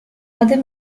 other